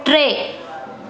टे